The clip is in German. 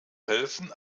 helfen